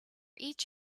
each